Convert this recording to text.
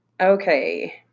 Okay